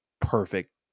perfect